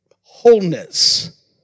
Wholeness